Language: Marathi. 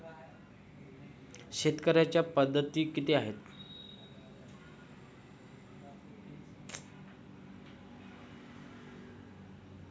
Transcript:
शेतीच्या पद्धती किती आहेत?